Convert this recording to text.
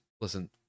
Listen